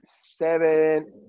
seven